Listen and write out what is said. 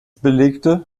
belegte